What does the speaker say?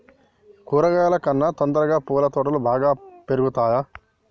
కూరగాయల కన్నా తొందరగా పూల తోటలు బాగా పెరుగుతయా?